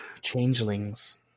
Changelings